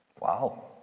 Wow